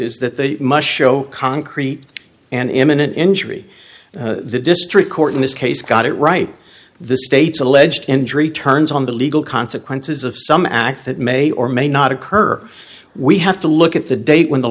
is that they must show concrete and imminent injury the district court in this case got it right the state's alleged injury turns on the legal consequences of some act that may or may not occur we have to look at the date when the